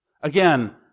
Again